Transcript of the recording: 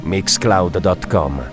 Mixcloud.com